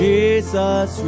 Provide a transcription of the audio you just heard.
Jesus